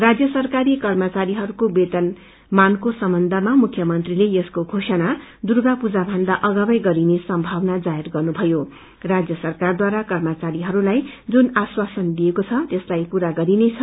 राज्य सरकारी कर्मचारीहरूको वेतनमानको सम्बन्धमा मंख्य मंत्रीले यसको योषणा दुर्गा पूजाभन्दा अगावै गरिने सम्यावना जाहेर गर्नुथयो राज्य सरकारद्वारा कर्मखरीहरूलाई जुन आश्वासन दिइएको छ त्यसलाई पूरा गरिनेछ